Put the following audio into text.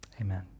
amen